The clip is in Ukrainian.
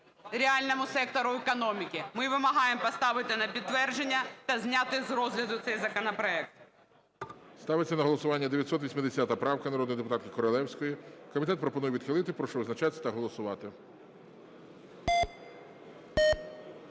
реальному сектору економіки. Ми вимагаємо поставити на підтвердження та зняти з розгляду цей законопроект. ГОЛОВУЮЧИЙ. Ставиться на голосування 980 правка народної депутатки Королевської. Комітет пропонує відхилити. Прошу визначатись та голосувати.